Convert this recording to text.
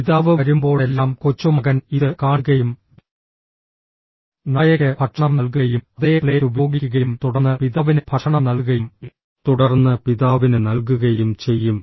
പിതാവ് വരുമ്പോഴെല്ലാം കൊച്ചുമകൻ ഇത് കാണുകയും നായയ്ക്ക് ഭക്ഷണം നൽകുകയും അതേ പ്ലേറ്റ് ഉപയോഗിക്കുകയും തുടർന്ന് പിതാവിന് ഭക്ഷണം നൽകുകയും തുടർന്ന് പിതാവിന് നൽകുകയും ചെയ്യും